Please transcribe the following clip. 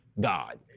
God